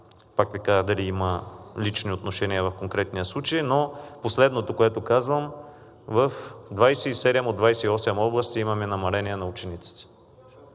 да коментирам дали има лични отношения в конкретния случай, но последното, което казвам, в 27 от 28 области имаме намаление на учениците.